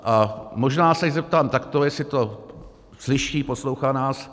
A možná se jí zeptám takto, jestli to slyší, poslouchá nás.